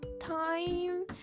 time